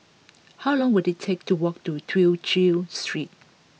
how long will it take to walk to Tew Chew Street